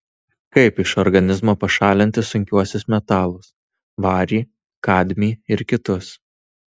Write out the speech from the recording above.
kaip iš organizmo pašalinti sunkiuosius metalus varį kadmį ir kitus